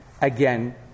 again